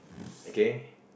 okay